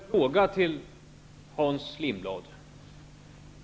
Herr talman! Jag har en fråga till Hans Lindblad.